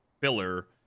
filler